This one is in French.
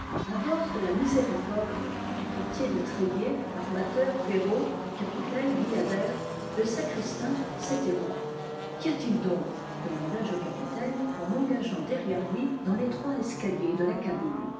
a bord de la miséricorde du quartier de tréguier armateur perrot capitaine guyader le sacristain c'était moi qu'y a-t-il donc demandai-je au capitaine en m'engageant derrière lui dans l'étroit escalier de la cabine